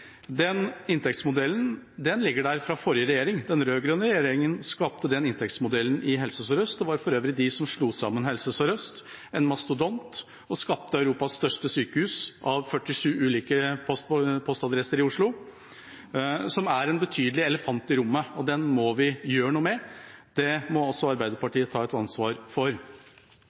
Den inntektsmodellen ligger der fra forrige regjering. Den rød-grønne regjeringen skapte den inntektsmodellen i Helse Sør-Øst – det var for øvrig de som slo sammen Helse Sør-Øst, en mastodont, og skapte Europas største sykehus av 47 ulike postadresser i Oslo – som er en betydelig elefant i rommet, og den må vi gjøre noe med. Det må også Arbeiderpartiet ta et ansvar for.